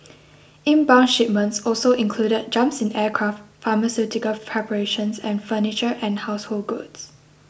inbound shipments also included jumps in aircraft pharmaceutical preparations and furniture and household goods